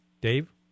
Dave